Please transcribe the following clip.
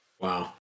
Wow